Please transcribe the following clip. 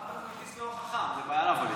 הרב-קו